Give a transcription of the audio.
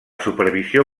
supervisió